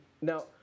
Now